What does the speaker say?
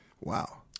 Wow